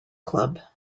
club